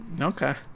Okay